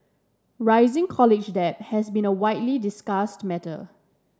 rising college debt has been a widely discuss matter